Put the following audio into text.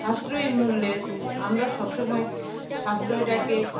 সাশ্রয়ী মূল্যে আমরা সব সময় সাশ্রয়টাকে